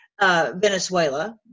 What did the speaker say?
Venezuela